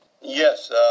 Yes